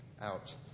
out